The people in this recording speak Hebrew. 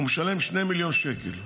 הוא משלם 2 מיליון שקל בשנה.